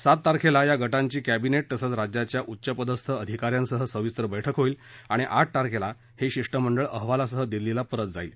सात तारखेला या गटांची कॅबीनेट तसंच राज्याच्या उच्चपदस्थअधिकाऱ्यांसह सविस्तर बक्कि होईल आणि आठ तारखेला हे शिष्टमंडळ अहवालासह दिल्लीला परत जाईल